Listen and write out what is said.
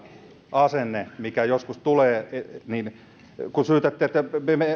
asenne mikä joskus tulee kun syytätte että me